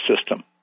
system